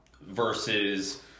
Versus